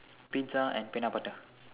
pizza and peanut butter